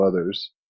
others